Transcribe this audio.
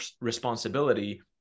responsibility